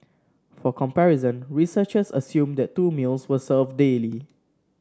for comparison researchers assumed that two meals were served daily